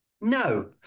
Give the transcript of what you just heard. No